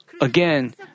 again